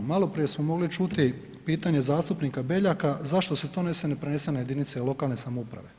Maloprije smo mogli čuti pitanje zastupnika Beljaka zašto se to … [[Govornik se ne razumije]] ne prenese na jedinice lokalne samouprave?